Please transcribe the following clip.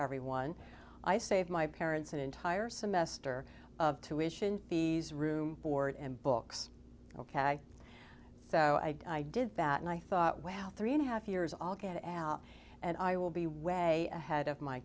everyone i saved my parents an entire semester of tuition fees room board and books ok so i did that and i thought wow three and a half years i'll get al and i will be way ahead of my